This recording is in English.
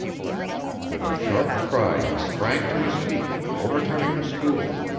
with a sharp cry he sprang to his feet, overturning the stool,